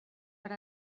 per